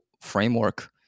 framework